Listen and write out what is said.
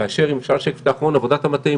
כל משרדי הממשלה בקטע האופרטיבי הוא